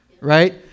right